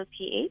pH